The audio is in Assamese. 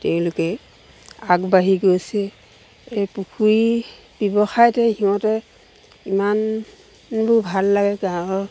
তেওঁলোকে আগবাঢ়ি গৈছে এই পুখুৰী ব্যৱসায়তে সিহঁতে ইমানবোৰ ভাল লাগে গাঁৱৰ